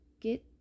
get